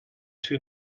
two